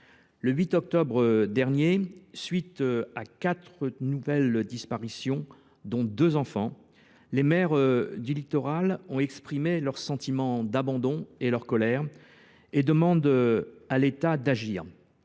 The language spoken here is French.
Le 8 octobre dernier, à la suite de quatre nouvelles disparitions, dont celle de deux enfants, les maires du littoral ont exprimé leur sentiment d’abandon et leur colère et demandé à l’État d’agir.